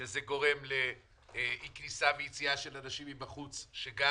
שזה גורם לאי כניסה ויציאה של אנשים מבחוץ וזה גם